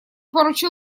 поручил